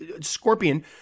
scorpion